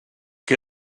qui